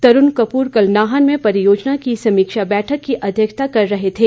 तरूण कपूर कल नाहन में परियोजना की समीक्षा बैठक की अध्यक्षता कर रहे थे